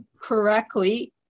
Correctly